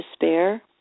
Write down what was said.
despair